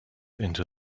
into